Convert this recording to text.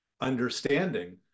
understanding